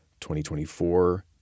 2024